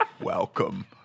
Welcome